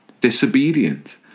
disobedient